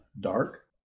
dark